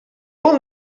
will